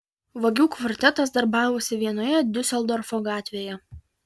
vagių kvartetas darbavosi vienoje diuseldorfo gatvėje